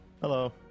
Hello